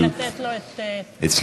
אדוני.